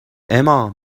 اما